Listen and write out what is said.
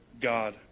God